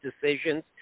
decisions